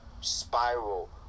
spiral